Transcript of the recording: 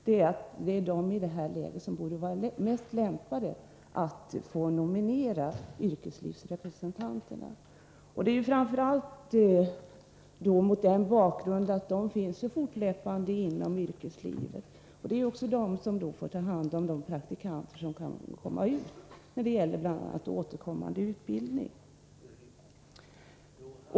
Det är ju dessa som borde vara bäst lämpade att få nominera yrkeslivsrepresentanterna, framför allt mot bakgrund av att de fortlöpande finns inom yrkeslivet. Det är också de som får ta hand om de praktikanter som kommer ut på arbetsplatserna när det gäller bl.a. återkommande utbildning.